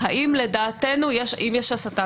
האם לדעתנו אם יש הסתה,